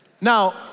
Now